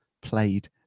played